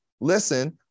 listen